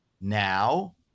now